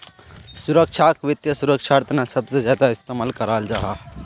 सुरक्षाक वित्त सुरक्षार तने सबसे ज्यादा इस्तेमाल कराल जाहा